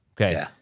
Okay